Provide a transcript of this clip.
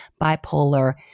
bipolar